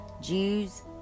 Jews